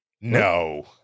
No